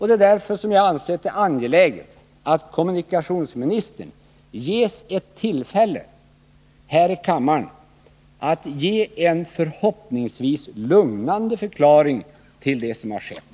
Det är därför jag ansett det angeläget att kommunikationsministern ges ett tillfälle här i kammaren att ge en förhoppningsvis lugnande förklaring till det som skett.